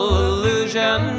illusion